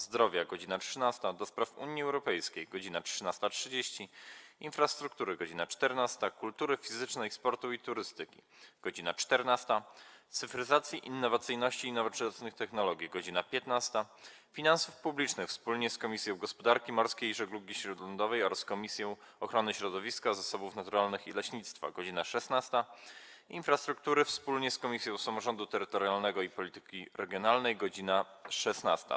Zdrowia - godz. 13, - do Spraw Unii Europejskiej - godz. 13.30, - Infrastruktury - godz. 14, - Kultury Fizycznej, Sportu i Turystyki - godz. 14, - Cyfryzacji, Innowacyjności i Nowoczesnych Technologii - godz. 15, - Finansów Publicznych wspólnie z Komisją Gospodarki Morskiej i Żeglugi Śródlądowej oraz Komisją Ochrony Środowiska, Zasobów Naturalnych i Leśnictwa - godz. 16, - Infrastruktury wspólnie z Komisją Samorządu Terytorialnego i Polityki Regionalnej - godz. 16.